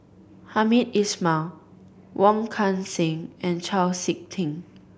Hamed Ismail Wong Kan Seng and Chau Sik Ting